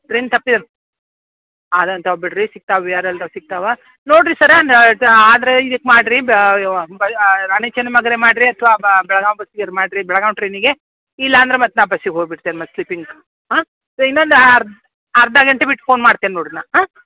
train ತಪ್ಪಿರೆ ಅದೆಂಥವು ಬಿಡಿರಿ ಸಿಕ್ತವೆ ವಿ ಆರ್ ಎಲ್ ಇವೆ ಸಿಕ್ತವೆ ನೋಡಿರಿ ಸರ್ರ ಆದರೆ ಇದಕ್ಕೆ ಮಾಡಿರಿ ರಾಣಿ ಚೆನ್ನಮ್ಮಗಾರೂ ಮಾಡಿರಿ ಅಥವಾ ಬೆಳಗಾಂ ಬಸ್ಸಿಗಾರೂ ಮಾಡಿರಿ ಬೆಳಗಾಂ ಟ್ರೈನಿಗೆ ಇಲ್ಲಾಂದ್ರೆ ಮತ್ತು ನಾನು ಬಸ್ಸಿಗೆ ಹೋಗಿ ಬಿಡ್ತೇನೆ ಮತ್ತು ಸ್ಲೀಪಿಂಗ್ ಹಾಂ ಇನ್ನೊಂದು ಅರ್ಧ ಗಂಟೆ ಬಿಟ್ಟು ಫೋನ್ ಮಾಡ್ತೇನೆ ನೋಡಿರಿ ನಾನು ಹಾಂ